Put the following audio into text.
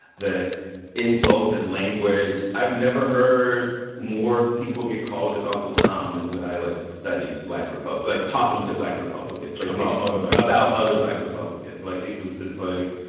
the insults and language. i've never heard more people get called an uncle tom than when i, like, studied black ah like, talking to black republicans, like. about other black. about other black republicans. like, it was just, like